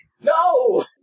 No